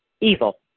Evil